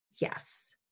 Yes